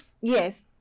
Yes